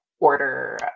order